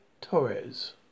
Torres